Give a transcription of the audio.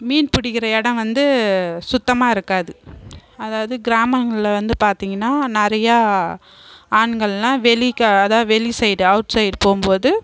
மீன் பிடிக்கிற இடம் வந்து சுத்தமாக இருக்காது அதாவது கிராமங்களில் வந்து பார்த்திங்னா நிறையா ஆண்கள்லாம் வெளிக்கா அதாவது வெளி சைடு அவுட் சைடு போகும் போது